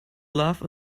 love